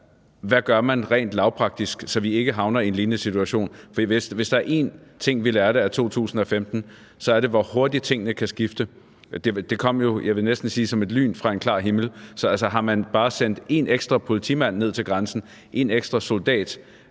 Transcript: Hvad gør man rent lavpraktisk, så vi ikke havner i en lignende situation? For hvis der er en ting, som vi lærte af 2015, så er det, hvor hurtigt tingene kan skifte. Det kom jo, jeg vil næsten sige som et lyn fra en klar himmel. Så har man sendt bare én ekstra politimand ned til grænsen – én ekstra soldat?